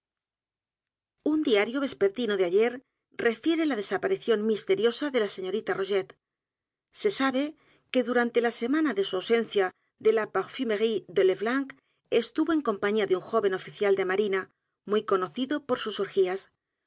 un diario vespertino de ayer refiere la desaparición misteriosa de la señorita rogét se sabe que durante la semana de su ausencia de la parfumeriedele blanc estuvo en compañía de un joven oficial de marina muy conocido por sus orgías